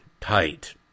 tight